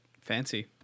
Fancy